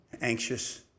anxious